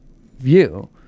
view